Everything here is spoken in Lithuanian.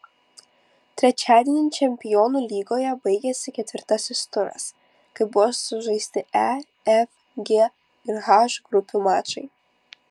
trečiadienį čempionų lygoje baigėsi ketvirtasis turas kai buvo sužaisti e f g ir h grupių mačai